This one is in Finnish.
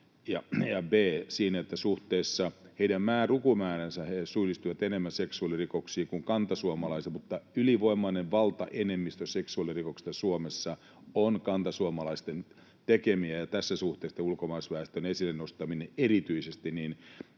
ja b) siinä, että suhteessa heidän lukumääräänsä he syyllistyvät enemmän seksuaalirikoksiin kuin kantasuomalaiset. Mutta ylivoimainen valtaenemmistö seksuaalirikoksista Suomessa on kantasuomalaisten tekemiä, ja tässä suhteessa ulkomaalaisväestön esille nostaminen erityisesti